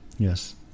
yes